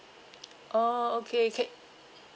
oh okay okay